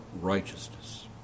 righteousness